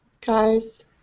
Guys